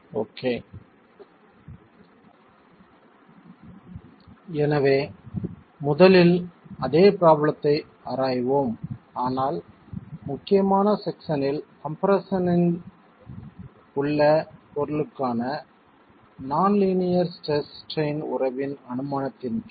okay எனவே முதலில் அதே ப்ராப்ளத்தை ஆராய்வோம் ஆனால் முக்கியமான செக்ஷனில் கம்ப்ரெஸ்ஸன் இல் உள்ள பொருளுக்கான நான் லீனியர் ஸ்ட்ரெஸ் ஸ்ட்ரைன் உறவின் அனுமானத்தின் கீழ்